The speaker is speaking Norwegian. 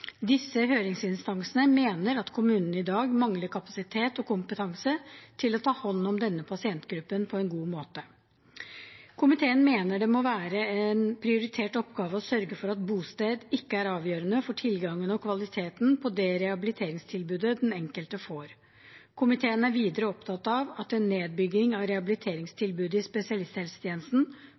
Disse høringsinstansene mener at kommunene i dag mangler kapasitet og kompetanse til å ta hånd om denne pasientgruppen på en god måte. Komiteen mener det må være en prioritert oppgave å sørge for at bosted ikke er avgjørende for tilgangen og kvaliteten på det rehabiliteringstilbudet den enkelte får. Komiteen er videre opptatt av at en nedbygging av rehabiliteringstilbudet i spesialisthelsetjenesten